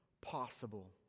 possible